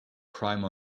crime